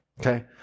okay